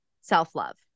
self-love